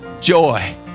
joy